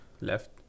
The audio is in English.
left